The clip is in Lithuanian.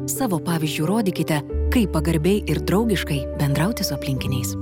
savo pavyzdžiu rodykite kaip pagarbiai ir draugiškai bendrauti su aplinkiniais